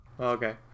Okay